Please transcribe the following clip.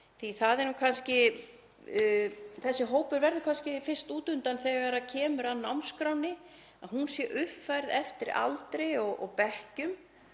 Þessi hópur verður kannski fyrst út undan þegar kemur að námskránni, að hún sé uppfærð eftir aldri og bekkjum,